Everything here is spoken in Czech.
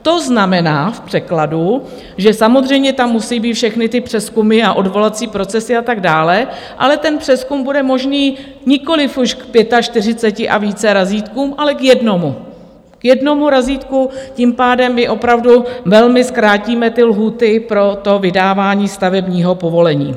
To znamená v překladu, že samozřejmě tam musí být všechny ty přezkumy a odvolací procesy a tak dále, ale ten přezkum bude možný nikoliv už k čtyřiceti pěti a více razítkům, ale k jednomu, k jednomu razítku, tím pádem my opravdu velmi zkrátíme lhůty pro vydávání stavebního povolení.